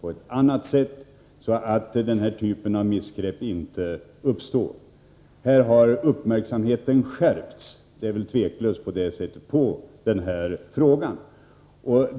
på ett annat sätt så att denna typ av missgrepp inte uppstår. Uppmärksamheten på denna fråga har väl tveklöst skärpts.